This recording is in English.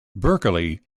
berkeley